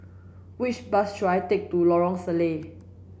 which bus should I take to Lorong Salleh